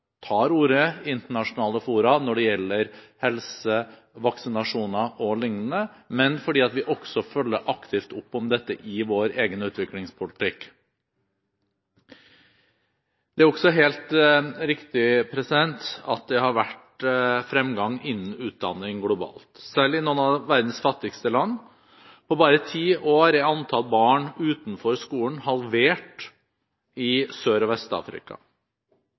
tar ordet i internasjonale fora når det gjelder helse, vaksinasjoner o.l., men fordi vi også følger aktivt opp om dette i vår egen utviklingspolitikk. Det er også helt riktig at det har vært fremgang innen utdanning globalt, selv i noen av verdens fattigste land. På bare ti år er antall barn utenfor skolen halvert i Sør- og